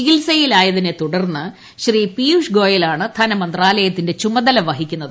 ചികിത്സയിലായതിനെ തുടർന്ന് ശ്രീ പീയുഷ് ഗോയലാണ് ധനമന്ത്രാലയത്തിന്റെ ചുമതല വഹിക്കുന്നത്